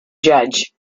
judge